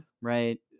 right